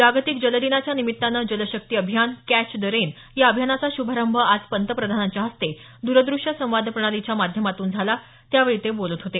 जागतिक जल दिनाच्या निमित्तानं जलशक्ती अभियान कॅच द रेन या अभियानाचा शुभारंभ आज पंतप्रधानांच्या हस्ते द्रदृश्य संवाद प्रणालीच्या माध्यमातून झाला त्यावेळी ते बोलत होते